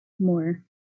more